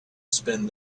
spend